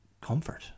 comfort